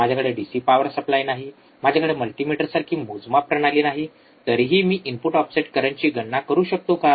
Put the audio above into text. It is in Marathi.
माझ्याकडे डीसी पॉवर सप्लाय नाही माझ्याकडे मल्टीमीटर सारखी मोजमाप प्रणाली नाही तरीही मी इनपुट ऑफसेट करंटची गणना करू शकतो का